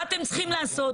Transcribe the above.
מה אתם צריכים לעשות,